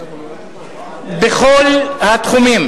בכל התחומים.